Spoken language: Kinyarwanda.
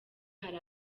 hari